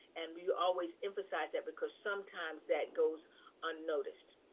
and we always emphasize that because sometimes that goes unnoticed.